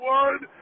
one